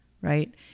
right